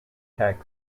text